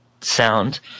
sound